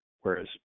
whereas